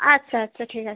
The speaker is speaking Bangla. আচ্ছা আচ্ছা ঠিক আছে